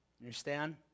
Understand